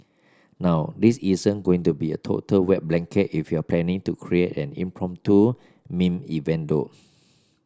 now this isn't going to be a total wet blanket if you're planning to create an impromptu meme event though